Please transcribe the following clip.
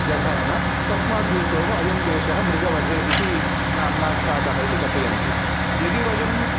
जघान तस्माद्धेतोः अयं देशः मृगवधे इति नाम्नाख्यातः इति कथयन्ति यदि वयं